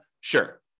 Sure